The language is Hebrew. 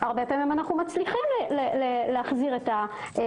הרבה פעמים אנו מצליחים להחזיר את הזכאות,